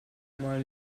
mal